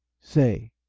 say!